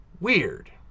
Weird